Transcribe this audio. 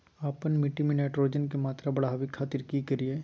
आपन मिट्टी में नाइट्रोजन के मात्रा बढ़ावे खातिर की करिय?